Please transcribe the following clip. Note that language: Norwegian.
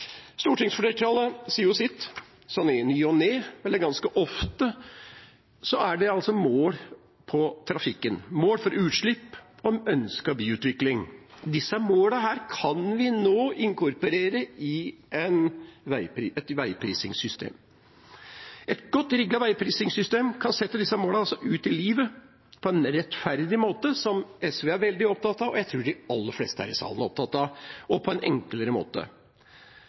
Stortingsflertallet sier jo sitt. Sånn i ny og ne – eller ganske ofte – er det mål for trafikken, mål for utslipp, mål for en ønsket byutvikling. Disse målene kan vi nå inkorporere i et veiprisingssystem. Et godt rigget veiprisingssystem kan sette disse målene ut i livet på en rettferdig måte – noe SV er veldig opptatt av, og noe jeg tror de aller fleste her i salen er opptatt av – og på en enklere måte.